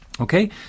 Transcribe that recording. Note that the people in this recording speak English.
Okay